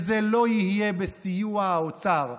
זה לא יהיה בסיוע האוצר".